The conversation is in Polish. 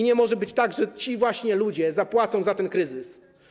Nie może być tak, że ci właśnie ludzie zapłacą za ten kryzys.